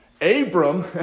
Abram